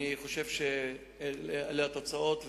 אלה התוצאות,